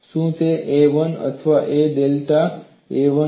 શું તે a1 અથવા a1 વત્તા ડેલ્ટા a1 છે